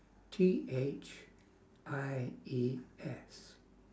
T H I E S